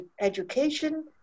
education